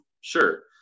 Sure